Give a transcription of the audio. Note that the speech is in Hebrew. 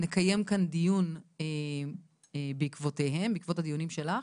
נקיים כאן דיון בעקבות הדיונים שלך